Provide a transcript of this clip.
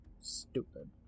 stupid